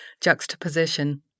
juxtaposition